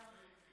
יפה מאוד.